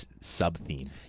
sub-theme